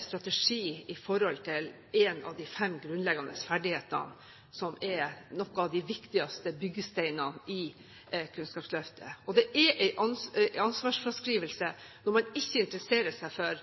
strategi i forhold til en av de fem grunnleggende ferdighetene, som er noen av de viktigste byggesteinene i Kunnskapsløftet. Og det er ansvarsfraskrivelse når man ikke interesser seg for